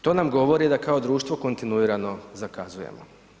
To nam govori da kao društvo kontinuirano zakazujemo.